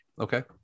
Okay